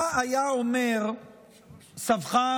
מה היה אומר סבך,